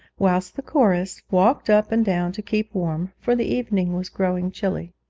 whilst the chorus walked up and down to keep warm, for the evening was growing chilly.